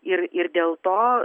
ir ir dėl to